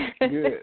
good